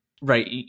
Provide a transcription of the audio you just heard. right